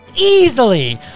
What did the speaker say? Easily